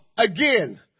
Again